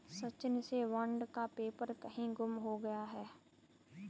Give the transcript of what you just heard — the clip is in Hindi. सचिन से बॉन्ड का पेपर कहीं गुम हो गया है